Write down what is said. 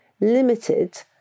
limited